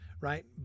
Right